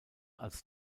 als